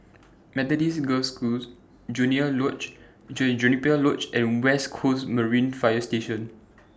Methodist Girls' School Junior Lodge Juniper Lodge and West Coast Marine Fire Station